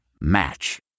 Match